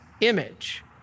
image